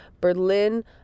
Berlin